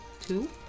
two